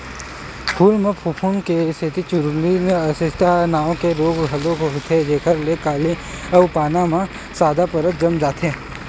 फूल म फफूंद के सेती चूर्निल आसिता नांव के रोग घलोक होथे जेखर ले कली अउ पाना म सादा परत जम जाथे